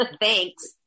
Thanks